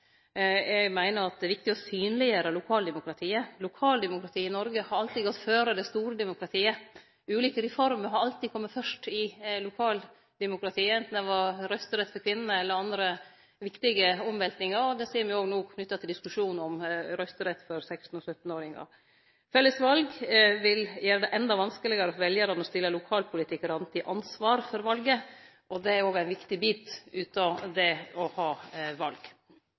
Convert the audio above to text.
Eg meiner at det er viktig å synleggjere lokaldemokratiet. Lokaldemokratiet i Noreg har alltid gått føre det store demokratiet. Ulike reformer har alltid kome først i lokaldemokratiet, anten det var røysterett for kvinner eller andre viktige omveltingar. Det ser me òg no knytt til diskusjonen om røysterett for 16- og 17-åringar. Fellesval vil gjere det endå vanskelegare for veljarane å stille lokalpolitikarane til ansvar for valet, og det er òg ein viktig bit av det å ha val.